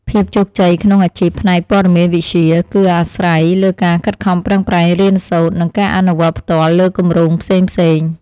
ភាពជោគជ័យក្នុងអាជីពផ្នែកព័ត៌មានវិទ្យា គឺអាស្រ័យលើការខិតខំប្រឹងប្រែងរៀនសូត្រនិងការអនុវត្តផ្ទាល់លើគម្រោងផ្សេងៗ។